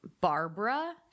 barbara